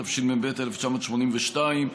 התשמ"ב 1982,